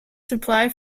supply